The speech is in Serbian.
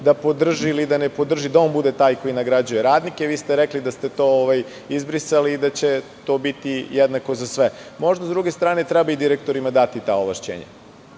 da podrži ili da ne podrži, da on bude taj koji nagrađuje radnike, vi ste rekli da ste to izbrisali i da će to biti jednako za sve. Možda, sa druge strane, treba direktorima dati ta ovlašćenja.